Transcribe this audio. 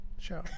show